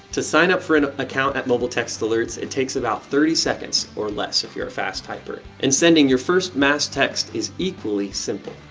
to sign up for an account at mobile text alerts, it takes about thirty seconds or less if you're a fast typer and sending your first mass text is equally simple.